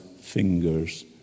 fingers